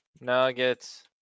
nuggets